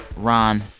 ron,